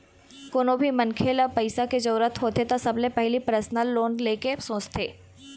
कोनो भी मनखे ल पइसा के जरूरत होथे त सबले पहिली परसनल लोन ले के सोचथे